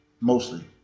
mostly